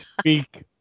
speak